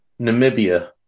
Namibia